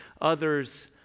others